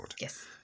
Yes